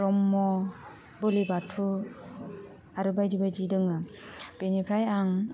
ब्रह्म बोलि बाथौ आरो बायदि बायदि दङ बेनिफ्राय आं